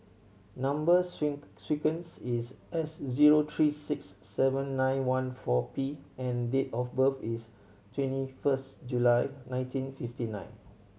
number sequence is S zero three six seven nine one four P and date of birth is twenty first July nineteen fifty nine